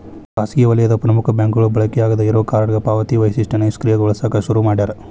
ಖಾಸಗಿ ವಲಯದ ಪ್ರಮುಖ ಬ್ಯಾಂಕ್ಗಳು ಬಳಕೆ ಆಗಾದ್ ಇರೋ ಕಾರ್ಡ್ನ್ಯಾಗ ಪಾವತಿ ವೈಶಿಷ್ಟ್ಯನ ನಿಷ್ಕ್ರಿಯಗೊಳಸಕ ಶುರು ಮಾಡ್ಯಾರ